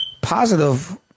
positive